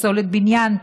פסולת בניין,